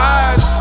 eyes